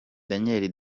daniel